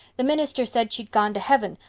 the minister said she'd gone to heaven,